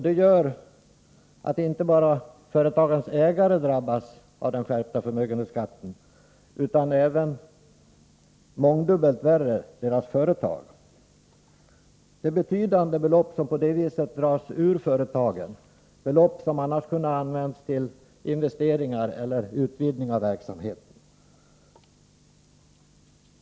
Det innebär att inte bara företagens ägare drabbas av den skärpta förmögenhetsskatten utan även mångdubbelt värre företagen. Det är betydande belopp som på det här viset dras ur företagen — belopp som annars skulle ha kunnat användas till investeringar eller utvidgning av verksamheten.